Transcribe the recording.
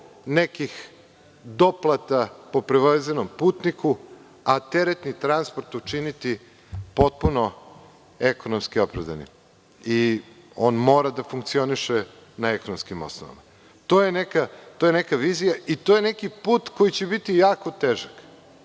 nekih doplata po prevezenom putniku, a teretni transport učiniti potpuno ekonomski opravdanim i on mora da funkcioniše na ekonomskim osnovama. To je neka vizija i to je neki put koji će biti jako težak.